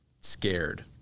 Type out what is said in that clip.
scared